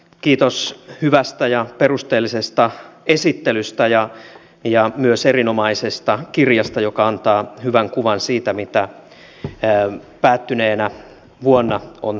kiitos hyvästä ja perusteellisesta esittelystä ja myös erinomaisesta kirjasta joka antaa hyvän kuvan siitä mitä päättyneenä vuonna on tapahtunut